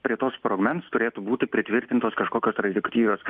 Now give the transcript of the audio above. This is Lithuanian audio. prie to sprogmens turėtų būti pritvirtintos kažkokios radioaktyvios